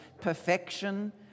perfection